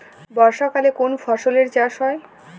বর্ষাকালে কোন ফসলের চাষ হয়?